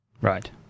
Right